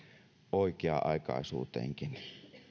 oikea aikaisuuteenkin